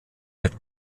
mit